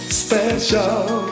special